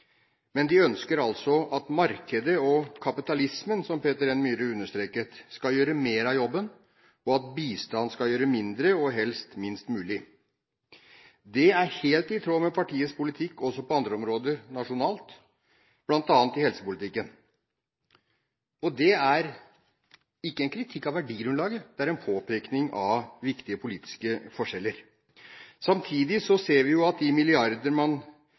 men de ønsker at markedet og kapitalismen, som Peter N. Myhre understreket, skal gjøre mer av jobben, og at bistand skal gjøre mindre – og helst minst mulig. Det er helt i tråd med partiets politikk også på andre områder nasjonalt, bl.a. i helsepolitikken. Det er ikke en kritikk av verdigrunnlaget, det er en påpekning av viktige politiske forskjeller. Samtidig ser vi at de milliarder man